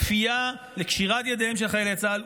לכפייה לקשירת ידיהם של חיילי צה"ל,